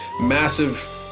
massive